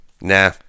Nah